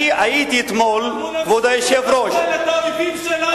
אנחנו נמשיך לחסל את האויבים שלנו בכל מקום.